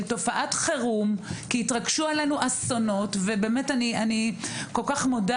תופעת חירום כי התרגשו עלינו אסונות אני כל כך מודה